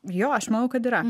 jo aš manau kad yra